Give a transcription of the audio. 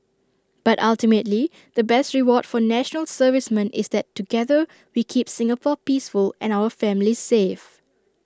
but ultimately the best reward for National Servicemen is that together we keep Singapore peaceful and our families safe